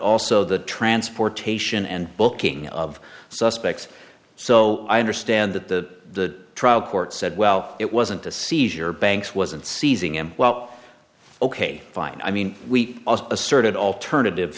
also the transportation and booking of suspects so i understand that the trial court said well it wasn't a seizure banks wasn't seizing and well ok fine i mean we also asserted alternative